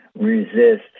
resist